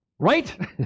Right